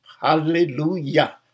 Hallelujah